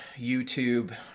youtube